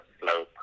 slow